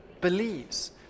believes